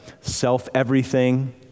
self-everything